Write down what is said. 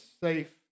safe